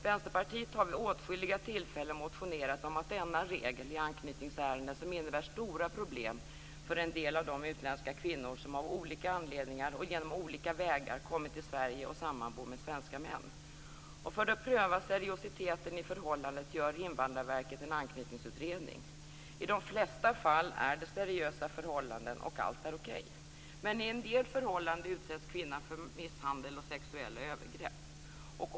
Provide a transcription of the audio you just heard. Vänsterpartiet har vid åtskilliga tillfällen motionerat om att denna regel i anknytningsärenden innebär stora problem för en del av de utländska kvinnor som av olika anledningar och genom olika vägar kommit till Sverige och sammanbor med svenska män. För att pröva seriositeten i förhållandet gör Invandrarverket en anknytningsutredning. I de flesta fall är det seriösa förhållanden och allt är okej, men i en del förhållanden utsätts kvinnan för misshandel och sexuella övergrepp.